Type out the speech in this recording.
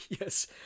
Yes